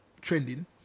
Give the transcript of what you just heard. trending